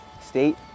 state